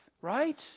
right